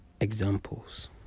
examples